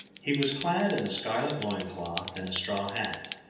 he was clad in a scarlet loin-cloth and a straw hat.